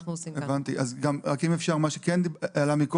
כלב סיוע לצורך סיוע בצרכים תפקודיים הנובעים